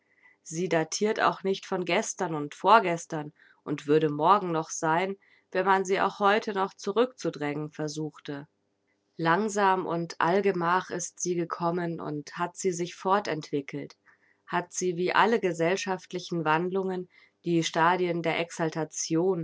sie datirt auch nicht von gestern und vorgestern und würde morgen noch sein wenn man sie auch heute noch zurückzudrängen versuchte langsam und allgemach ist sie gekommen und hat sie sich fortentwickelt hat sie wie alle gesellschaftlichen wandlungen die stadien der